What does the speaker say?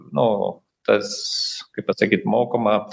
nu tas kaip pasakyt mokoma